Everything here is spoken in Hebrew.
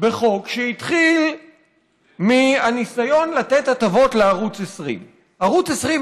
בחוק שהתחיל מהניסיון לתת הטבות לערוץ 20. ערוץ 20,